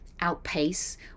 outpace